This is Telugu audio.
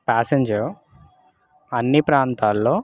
ప్యాసెంజర్ అన్ని ప్రాంతాల్లో